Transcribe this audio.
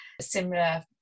similar